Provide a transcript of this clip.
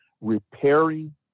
repairing